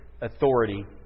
authority